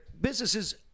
businesses